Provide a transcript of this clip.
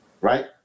right